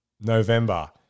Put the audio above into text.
November